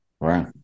Right